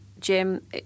Jim